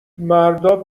مردا